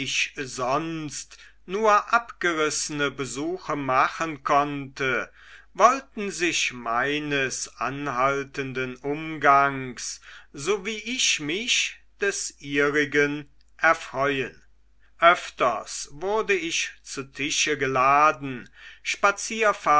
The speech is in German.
sonst nur abgerissene besuche machen konnte wollten sich meines anhaltenden umgangs so wie ich mich des ihrigen erfreuen öfters wurde ich zu tische geladen